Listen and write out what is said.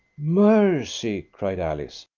mercy! cried alice.